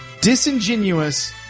disingenuous